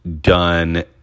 done